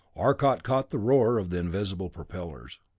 arcot caught the roar of the invisible propellers.